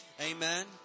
Amen